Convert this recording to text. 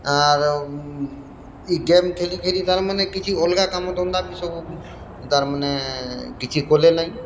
ଆରୁ ଏଇ ଗେମ୍ ଖେଲି ଖେଲି ତାର୍ ମାନେ କିଛି ଅଲଗା କାମ୍ ଧନ୍ଦା ବି ସବୁ ତାର୍ ମାନେ କିଛି କଲେ ନେଇଁ